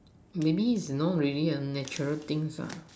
maybe is you know maybe a natural things ah